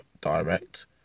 direct